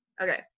Okay